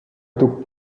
took